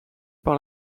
par